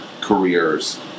careers